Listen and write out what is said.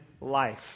life